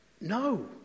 no